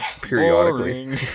periodically